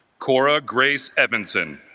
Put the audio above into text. cora grace evanson